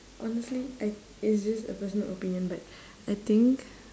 honestly I it's just a personal opinion but I think